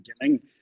beginning